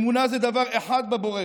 אמונה בבורא